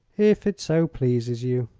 if it so pleases you.